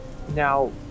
Now